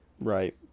Right